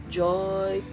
joy